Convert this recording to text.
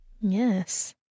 Yes